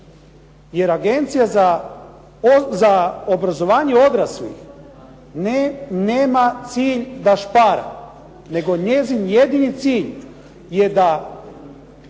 jer Agencija za obrazovanje odraslih nema cilj da špara nego njezin jedini cilj je da